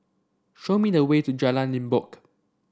show me the way to Jalan Limbok